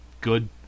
good